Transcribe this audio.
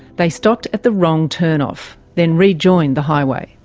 they stopped at the wrong turnoff, then rejoined the highway.